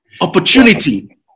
Opportunity